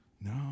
No